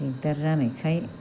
दिग्दार जानायखाय